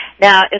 Now